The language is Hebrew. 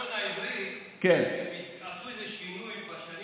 באקדמיה ללשון העברית עשו איזה שינוי בשנים